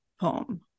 poem